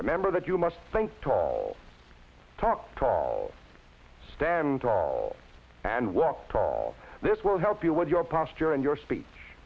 remember that you must think tall talk tall stand tall and walk tall this will help you with your posture and your speech